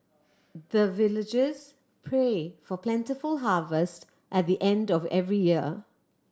the villagers pray for plentiful harvest at the end of every year